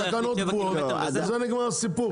התקנות קבועות, בזה נגמר הסיפור.